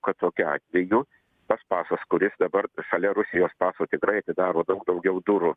kad tokiu atveju tas pasas kuris dabar šalia rusijos paso tikrai atidaro daug daugiau durų